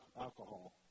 alcohol